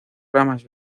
ramas